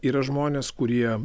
yra žmonės kurie